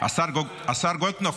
השר גולדקנופ,